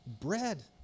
bread